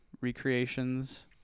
recreations